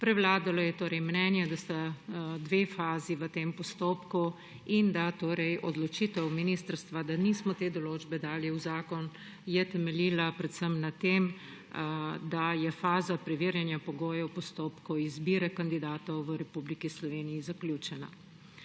Prevladalo je mnenje, da sta dve fazi v tem postopku in da je odločitev ministrstva, da te določbe nismo dali v zakon, temeljila predvsem na tem, da je faza preverjanja pogojev postopkov izbire kandidatov v Republiki Sloveniji zaključena.